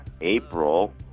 April